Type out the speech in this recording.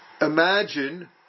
imagine